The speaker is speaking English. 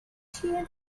share